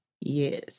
Yes